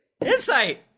Insight